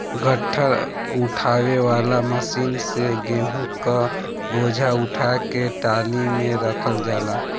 गट्ठर उठावे वाला मशीन से गेंहू क बोझा उठा के टाली में रखल जाला